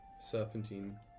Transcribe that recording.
serpentine